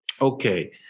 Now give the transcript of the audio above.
okay